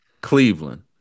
Cleveland